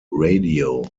radio